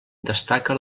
destaca